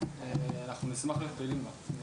אז אנחנו נשמח להיות פעילים בה.